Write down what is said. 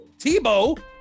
Tebow